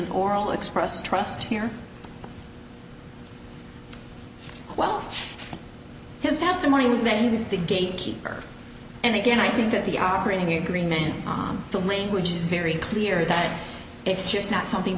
an oral expressed trust here well his testimony was that he was the gatekeeper and again i think that the operating agreement on the language is very clear that it's just not something